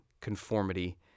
Conformity